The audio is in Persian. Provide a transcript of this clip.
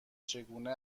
چگونه